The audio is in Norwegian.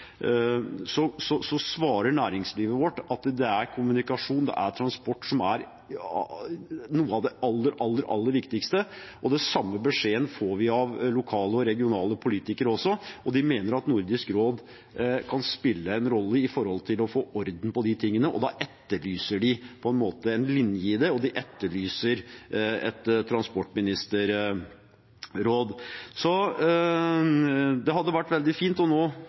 næringslivet vårt at det er kommunikasjon og transport som er noe av det aller, aller viktigste. Den samme beskjeden får vi av lokale og regionale politikere. De mener at Nordisk råd kan spille en rolle i å få orden på de tingene, og da etterlyser de en linje i dette, og de etterlyser et transportministerråd. Det hadde vært veldig fint. Nå ser jeg at statsråden vil bruke anledningen til å